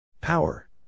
Power